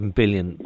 billion